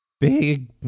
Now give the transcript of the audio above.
big